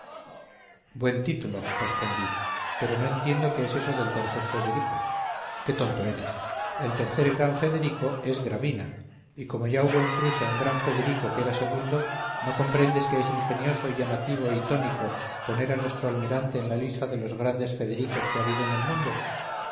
buen título respondí pero no entiendo qué es eso del tercer federico qué tonto eres el tercer gran federico es gravina y como ya hubo en prusia un gran federico que era segundo no comprendes que es ingenioso y llamativo y tónico poner a nuestro almirante en la lista de los grandes federicos que ha habido en el mundo